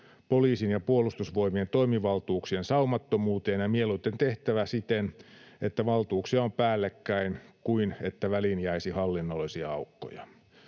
poliisin ja Puolustusvoimien toimivaltuuksien saumattomuuteen, ja mieluiten tehtävä siten, että valtuuksia on päällekkäin kuin että väliin jäisi hallinnollisia aukkoja.